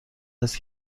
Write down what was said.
است